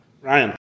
Ryan